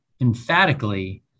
emphatically